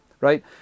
right